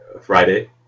Friday